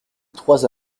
trois